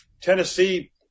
Tennessee